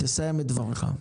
סיים את דברייך.